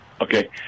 Okay